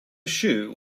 shoe